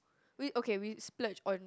we okay we splurge on